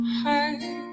heart